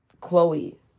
Chloe